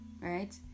right